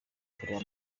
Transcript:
kureba